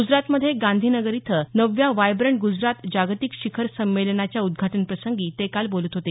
ग्जरातमध्ये गांधीनगर इथं नवव्या वायव्रंट ग्जरात जागतिक शिखर संमेलनाच्या उद्घाटनप्रसंगी ते काल बोलत होते